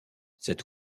cet